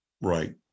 right